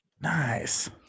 Nice